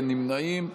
אין נמנעים.